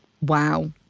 wow